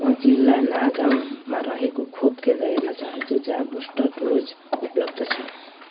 म जिल्ला नगाउँमा रहेको खोप केन्द्र हेर्न चाहन्छु जहाँ बुस्टर डोज उपलब्ध छ